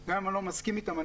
גם אם אני לא מסכים איתם,